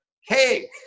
hey